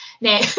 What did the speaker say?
now